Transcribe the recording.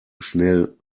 schnell